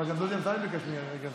אבל גם דודי אמסלם ביקש למירי רגב.